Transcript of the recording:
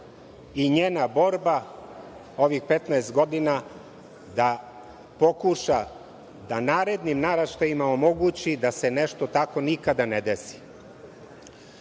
i njena borba ovih 15 godina da pokuša da narednim naraštajima omogući da se tako nešto nikada ne